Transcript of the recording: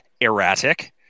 erratic